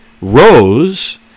rose